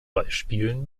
beispielen